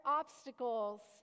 obstacles